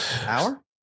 Hour